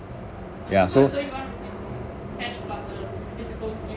ya so